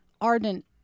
ardent